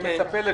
אני מצפה לתשובה.